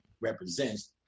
Represents